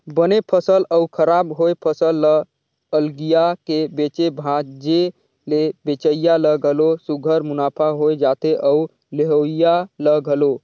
बने फसल अउ खराब होए फसल ल अलगिया के बेचे भांजे ले बेंचइया ल घलो सुग्घर मुनाफा होए जाथे अउ लेहोइया ल घलो